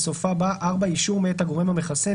בסופה יבוא: "(4)אישור מאת הגור המחסן,